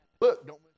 look